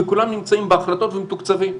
וכולם נמצאים בהחלטות ומתוקצבים.